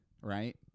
Right